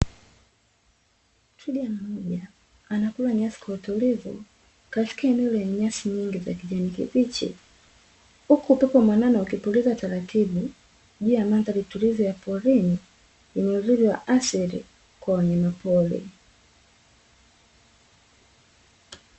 Twiga mmoja anakula nyasi kwa utulivu katika eneo lenye nyasi nyingi za kijani kibichi, huku upepo mwanana ukipuliza taratibu juu ya mandhari tulivu ya porini yenye uzuri wa asili kwa wanyama pori.